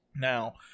Now